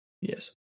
Yes